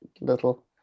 little